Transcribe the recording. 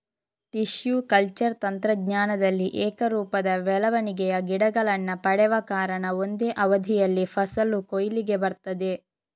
tissue culture ತಂತ್ರಜ್ಞಾನದಲ್ಲಿ ಏಕರೂಪದ ಬೆಳವಣಿಗೆಯ ಗಿಡಗಳನ್ನ ಪಡೆವ ಕಾರಣ ಒಂದೇ ಅವಧಿಯಲ್ಲಿ ಫಸಲು ಕೊಯ್ಲಿಗೆ ಬರ್ತದೆ